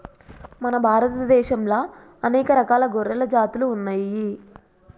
మన భారత దేశంలా అనేక రకాల గొర్రెల జాతులు ఉన్నయ్యి